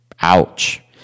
ouch